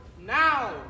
now